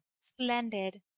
splendid